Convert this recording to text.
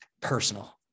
personal